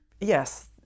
Yes